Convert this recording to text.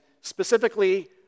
specifically